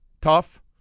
tough